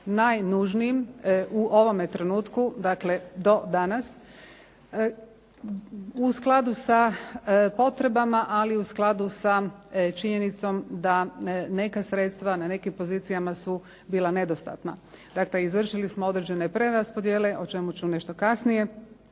najnužnijim u ovome trenutku. Dakle, do danas. U skladu sa potrebama ali i u skladu sa činjenicom da neka sredstva na nekim pozicijama su bila nedostatna. Dakle, izvršili smo određene preraspodjele o čemu ću nešto kasnije,